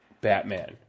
Batman